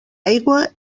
aigua